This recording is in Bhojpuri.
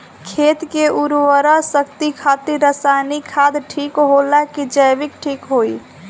खेत के उरवरा शक्ति खातिर रसायानिक खाद ठीक होला कि जैविक़ ठीक होई?